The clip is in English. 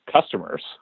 customers